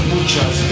Muchas